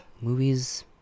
Movies